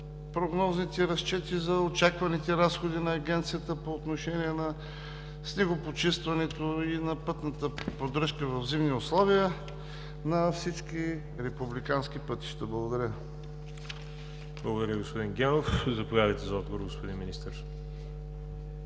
прогнозните разчети за очакваните разходи на Агенцията по отношение на снегопочистването и на пътната поддръжка в зимни условия на всички републикански пътища? Благодаря Ви. ПРЕДСЕДАТЕЛ ВАЛЕРИ ЖАБЛЯНОВ: Благодаря, господин Генов. Заповядайте за отговор, господин Министър.